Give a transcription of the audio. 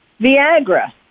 Viagra